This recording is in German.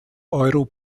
euro